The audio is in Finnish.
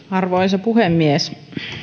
arvoisa puhemies